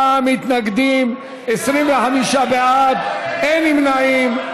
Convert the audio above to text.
74 מתנגדים, 25 בעד, אין נמנעים.